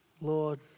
Lord